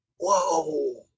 whoa